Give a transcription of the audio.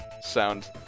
sound